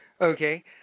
Okay